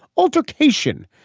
altercation.